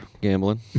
gambling